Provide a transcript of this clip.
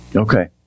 Okay